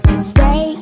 Stay